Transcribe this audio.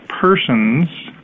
persons